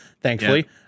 thankfully